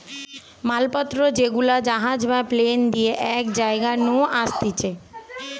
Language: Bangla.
মাল পত্র যেগুলা জাহাজ বা প্লেন দিয়ে এক জায়গা নু আসতিছে